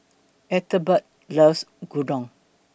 Ethelbert loves Gyudon